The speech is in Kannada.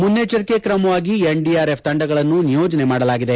ಮುನ್ನೆಜ್ವರಿಕೆ ಕ್ರಮವಾಗಿ ಎನ್ಡಿಆರ್ಎಫ್ ತಂಡಗಳನ್ನು ನಿಯೋಜನೆ ಮಾಡಲಾಗಿದೆ